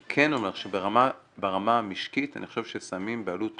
אני כן אומר שברמה המשקית אני חושב ששמים בעלות/תועלת,